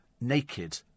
naked